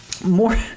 more